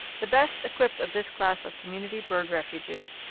the best equipped of this class of community bird refuges,